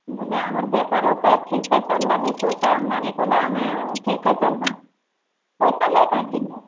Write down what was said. ବୋଲେ ଆମର ବେପାର ସେ ଠିକ୍ ସେ କଲେ ଦୁଇ ପଇସା ଆମଦାନୀ କଲେ ଆମେ ଠିକ୍ ସେ ଚଳିବା ପଇସା ଲାଗି କାଇଁ ଚିନ୍ତା